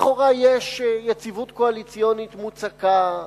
לכאורה, יש יציבות קואליציונית מוצקה.